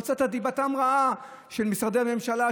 הוצאת דיבתם רעה של משרדי הממשלה,